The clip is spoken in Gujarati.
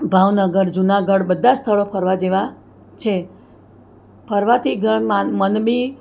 ભાવનગર જુનાગઢ બધા જ સ્થળો ફરવા જેવાં છે ફરવાથી મન બી